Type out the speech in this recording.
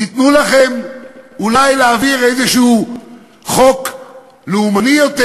ייתנו לכם אולי להעביר איזה חוק לאומני יותר,